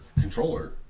controller